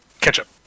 Ketchup